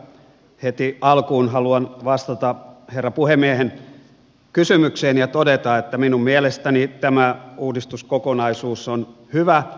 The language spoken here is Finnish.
heti alkuun haluan vastata herra puhemiehen kysymykseen ja todeta että minun mielestäni tämä uudistuskokonaisuus on hyvä